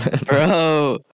bro